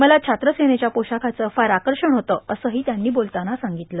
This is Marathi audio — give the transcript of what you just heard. मला छात्र सेनेच्या पोशाखाचं फार आकर्षण होतं असंही त्यांनी बोलताना सांगितलं